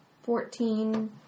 Fourteen